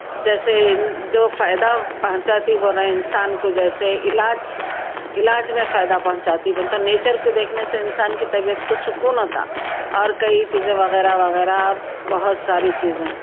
جیسے جو فائدہ پہنچاتی والا انسان کو جیسے علاج علاج میں فائدہ پہنچاتی بولتا نیچر کو دیکھنے سے انسان کی طبیعت کو سکون ہوتا اور کئی چیزیں وغیرہ وغیرہ اور بہت ساری چیزیں ہیں